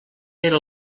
era